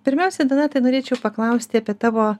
pirmiausiai donatai norėčiau paklausti apie tavo